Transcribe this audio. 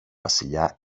βασιλιά